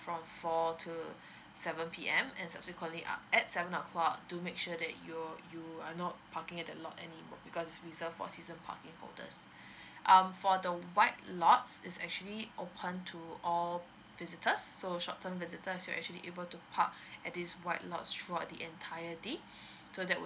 from four to seven P_M and subsequently up at seven o'clock to make sure that you you are not parking at the lot and um because reserved for season parking holders um for the white lots is actually open to all visitors so short term visitors they're actually able to park at this white lots throughout the entire day so that